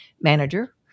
manager